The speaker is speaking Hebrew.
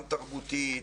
גם תרבותית,